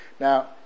Now